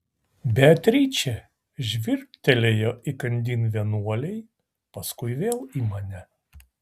beatričė žvilgtelėjo įkandin vienuolei paskui vėl į mane